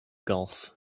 golf